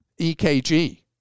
EKG